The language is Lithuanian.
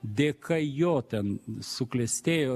dėka jo ten suklestėjo